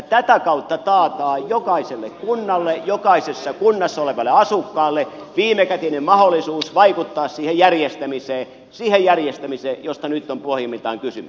tätä kautta taataan jokaiselle kunnalle jokaisessa kunnassa olevalle asukkaalle viimekätinen mahdollisuus vaikuttaa siihen järjestämiseen josta nyt on pohjimmiltaan kysymys